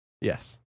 Yes